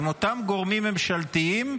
עם אותם גורמים ממשלתיים,